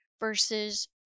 Versus